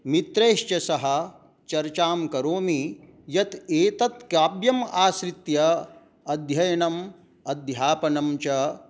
मित्रैश्च सह चर्चां करोमि यत् एतत् काव्यम् आश्रित्य अध्ययनम् अध्यापनं च